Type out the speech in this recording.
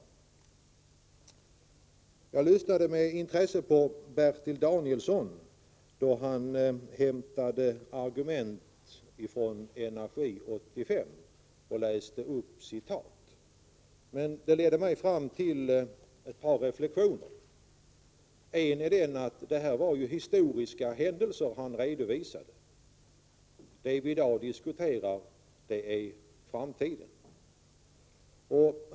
Jag lyssnade med intresse på Bertil Danielsson när han hämtade argument och citerade ur rapporten Energi 85. Det leder mig fram till ett par reflexioner. En är att det var historiska händelser han redovisade. Det vi i dag diskuterar är framtiden.